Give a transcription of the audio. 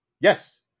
Yes